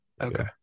okay